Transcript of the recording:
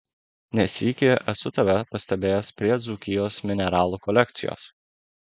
ne sykį esu tave pastebėjęs prie dzūkijos mineralų kolekcijos